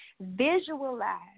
visualize